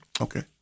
okay